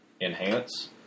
enhance